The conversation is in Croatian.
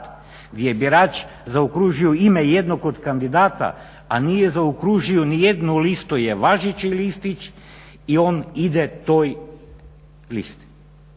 je birač zaokružio ime jednog od kandidata, a nije zaokružio nijednu listu je važeći listić i on ide toj listi.